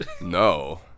No